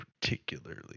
particularly